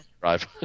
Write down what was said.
drive